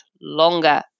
longer